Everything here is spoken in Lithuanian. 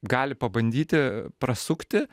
gali pabandyti prasukti